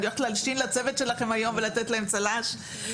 אני הולכת להלשין לצוות שלכם היום ולתת להם צל"ש.